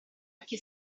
occhi